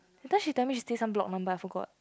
that time she tell me she stay in some block number I forgot